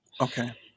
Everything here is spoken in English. Okay